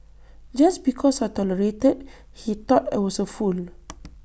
just because I tolerated he thought I was A fool